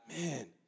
man